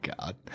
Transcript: God